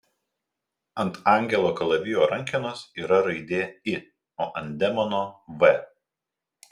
ant angelo kalavijo rankenos yra raidė i o ant demono v